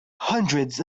hundreds